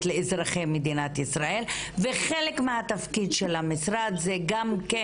לאזרחי מדינת ישראל וחלק מהתפקיד של המשרד זה גם כן